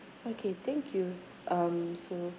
okay thank you um so